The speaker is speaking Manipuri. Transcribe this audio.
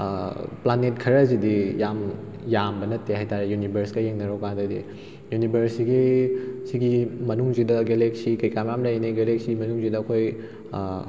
ꯄ꯭ꯂꯥꯅꯦꯠ ꯈꯔꯁꯤꯗꯤ ꯌꯥꯝ ꯌꯥꯝꯕ ꯅꯠꯇꯦ ꯍꯥꯏꯇꯥꯔꯦ ꯌꯨꯅꯤꯕꯔꯁꯀ ꯌꯦꯡꯅꯔꯨ ꯀꯥꯟꯗꯗꯤ ꯌꯨꯅꯤꯕꯔꯁꯁꯤꯒꯤ ꯁꯤꯒꯤ ꯃꯅꯨꯡꯁꯤꯗ ꯒꯦꯂꯦꯛꯁꯤ ꯀꯩꯀꯥ ꯃꯌꯥꯝ ꯂꯩꯔꯤꯅꯤ ꯒꯦꯂꯦꯛꯁꯤ ꯃꯅꯨꯡꯁꯤꯗ ꯑꯩꯈꯣꯏ